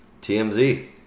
TMZ